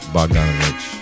Bogdanovich